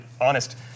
honest